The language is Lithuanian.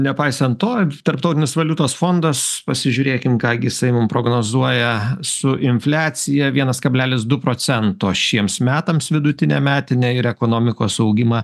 nepaisant to tarptautinis valiutos fondas pasižiūrėkim ką gi jisai mum prognozuoja su infliacija vienas kablelis du procento šiems metams vidutinę metinę ir ekonomikos augimą